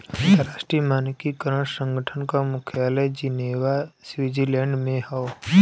अंतर्राष्ट्रीय मानकीकरण संगठन क मुख्यालय जिनेवा स्विट्जरलैंड में हौ